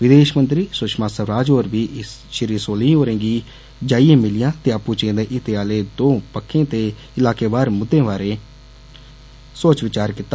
विदेषमंत्री सुशमा स्वराज होरें बी श्री सोलिह होरें गी जाइयै मिलियां ते आपूचें दे हितै आले दो पक्खी ते इलाकेवार मुद्दे बारै सोच विचार कीता